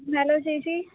hello ചേച്ചി